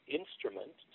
instrument